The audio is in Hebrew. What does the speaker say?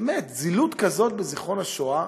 באמת, זילות כזאת של זיכרון השואה,